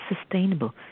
sustainable